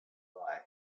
nearby